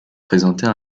présenter